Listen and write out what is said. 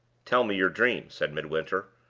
tell me your dream, said midwinter,